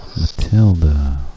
Matilda